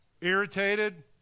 irritated